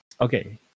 Okay